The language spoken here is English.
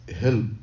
help